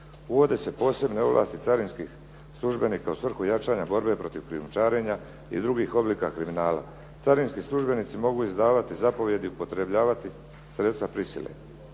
Uvode se posebne ovlasti carinskih službenika u svrhu jačanja borbe protiv krijumčarenja i drugih oblika kriminala. Carinski službenici mogu izdavati zapovijedi, upotrebljavati sredstva prisile.